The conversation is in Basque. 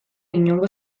inongo